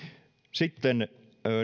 sitten